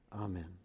Amen